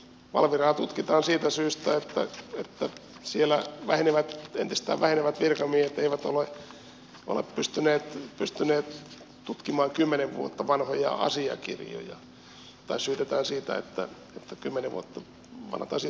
valviraa tutkitaan siitä syystä että siellä entisestään vähenevät virkamiehet eivät ole pystyneet tutkimaan kymmenen vuotta vanhoja asiakirjoja tai syytetään siitä että kymmenen vuotta vanhat asiat painavat päälle